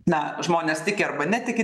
na žmonės tiki arba netiki